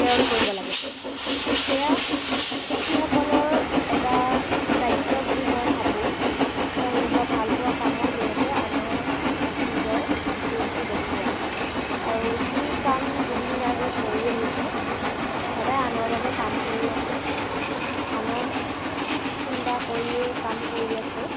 প্ৰেৰণ কৰিব লাগে সেয়া শিল্পীসকলৰ এটা দ্বায়িত্ব বুলি মই ভাবোঁ তেওঁৰ নিজৰ ভালপোৱা কামৰ জৰিয়তে আনৰ নিজৰ ৰূপটো দেখুৱা আৰু যি কাম জুবিন গাৰ্গে কৰি আহিছে তেওঁ সদায় আনৰ বাবে কাম কৰি আছে আনৰ হিত চিন্তা কৰিয়েই কাম কৰি আছে